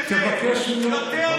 יש יותר מאשר אצלכם,